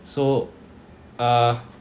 so uh